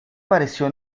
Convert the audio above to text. pareció